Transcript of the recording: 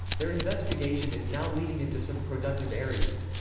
their investigation is now leading into some productive areas.